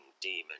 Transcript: demon